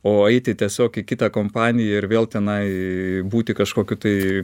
o eiti tiesiog į kitą kompaniją ir vėl tenai būti kažkokiu tai